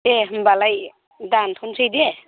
दे होनबालाय दानथ'नोसै दे